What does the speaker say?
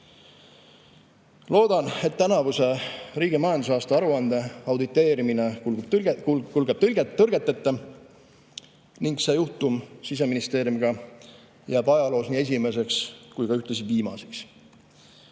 et tänavuse riigi majandusaasta aruande auditeerimine kulgeb tõrgeteta ning see juhtum Siseministeeriumiga jääb ajaloos nii esimeseks kui ka viimaseks.